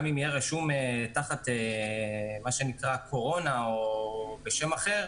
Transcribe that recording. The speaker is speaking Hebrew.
גם אם יהיה רשום תחת מה שנקרא "קורונה" או בשם אחר,